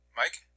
mike